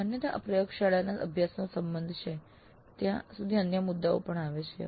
અન્યથા પ્રયોગશાળાના અભ્યાસોનો સંબંધ છે ત્યાં સુધી અન્ય મુદ્દાઓ પણ આવે છે